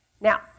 Now